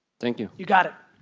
thank you. you got it.